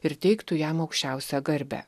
ir teiktų jam aukščiausią garbę